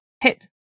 hit